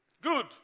Good